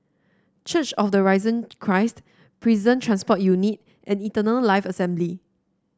Church of the Risen Christ Prison Transport Unit and Eternal Life Assembly